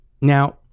Now